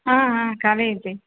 ಹಾಂ ಹಾಂ ಖಾಲಿ ಐತಿ